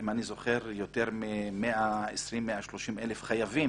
אם אני זוכר, יותר מ-120,000, 130,000 חייבים,